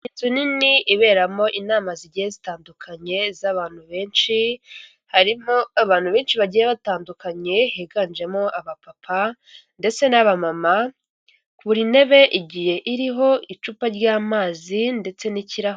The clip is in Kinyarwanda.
Inzu nini iberamo inama zigiye zitandukanye, z'abantu benshi harimo abantu benshi bagiye batandukanye higanjemo abapapa, ndetse n'abamama, buri ntebe igiye iriho icupa ry'amazi ndetse n'ikirahure.